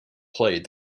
played